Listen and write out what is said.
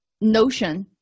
notion